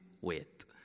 wait